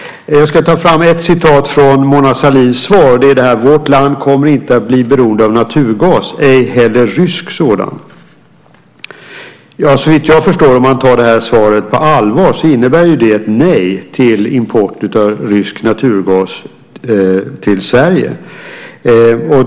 Jag ska återge från Mona Sahlins svar: Vårt land kommer inte att bli beroende av naturgas, ej heller rysk sådan. Om man tar det här svaret på allvar så innebär det, såvitt jag förstår, ett nej till import av rysk naturgas till Sverige.